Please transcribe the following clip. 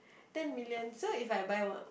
ten million so if I buy one